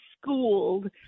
schooled